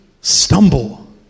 stumble